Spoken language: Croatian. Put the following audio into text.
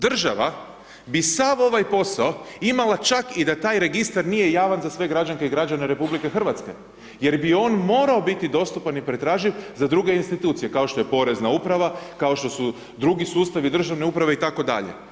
Država bi sav ovaj posao imala čak i da taj registar nije javan za sve građanke i građane RH jer bi on morao biti dostupan i pretraživ za druge institucije kao što je Porezna uprava, kao što su drugi sustavi državne uprave itd.